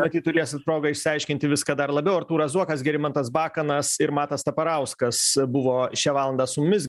matyt turėsit progą išsiaiškinti viską dar labiau artūras zuokas gerimantas bakanas ir matas taparauskas buvo šią valandą su mumis